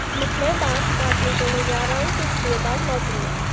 मैं बांस काटने जंगल जा रहा हूं, कुछ देर बाद लौटूंगा